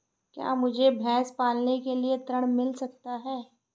क्या मुझे भैंस पालने के लिए ऋण मिल सकता है?